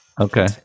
Okay